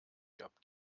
gab